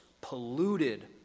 polluted